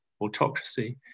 autocracy